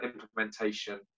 implementation